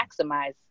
maximize